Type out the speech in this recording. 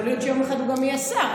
יכול להיות שיום אחד הוא גם יהיה שר,